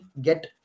get